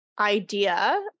idea